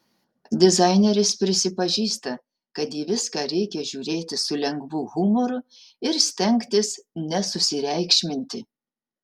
dizaineris prisipažįsta kad į viską reikia žiūrėti su lengvu humoru ir stengtis nesusireikšminti